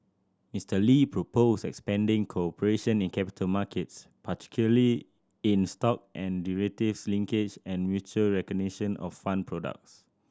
Mister Lee proposed expanding cooperation in capital markets particularly in stock and derivatives linkages and mutual recognition of fund products